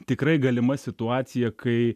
tikrai galima situacija kai